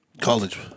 College